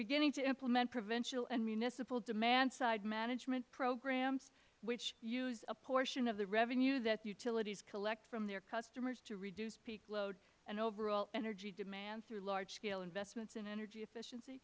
beginning to implement provincial and municipal demand side management programs which use a portion of the revenue that utilities collect from their customers to reduce peak load and overall energy demand through large scale investments in energy efficiency